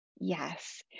Yes